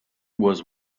was